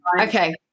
Okay